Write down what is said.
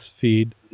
feed